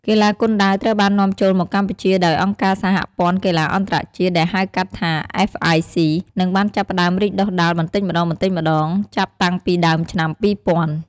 កីឡាគុនដាវត្រូវបាននាំចូលមកកម្ពុជាដោយអង្គការសហព័ន្ធកីឡាអន្តរជាតិ ដែលហៅកាត់ថា អ្វេស អាយ អុី និងបានចាប់ផ្តើមរីកដុះដាលបន្តិចម្តងៗចាប់តាំងពីដើមឆ្នាំ ២០០០។